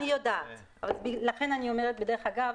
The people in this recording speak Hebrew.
אני יודעת, לכן אני אומרת בדרך אגב.